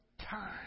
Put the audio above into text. time